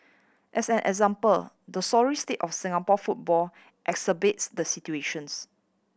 as an example the sorry state of Singapore football exacerbates the situations